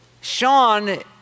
Sean